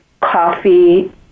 coffee